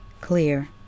clear